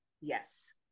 Yes